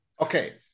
Okay